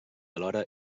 alhora